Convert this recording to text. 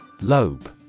Lobe